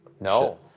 No